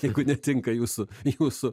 jeigu netinka jūsų jūsų